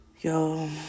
Yo